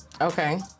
Okay